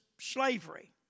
Slavery